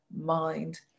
mind